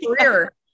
career